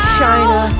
China